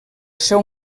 seu